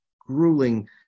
grueling